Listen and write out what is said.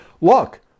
look